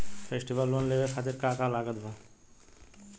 Festival loan लेवे खातिर का का लागत बा?